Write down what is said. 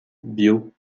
biot